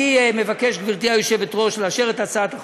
אני מבקש, גברתי היושבת-ראש, לאשר את הצעת החוק.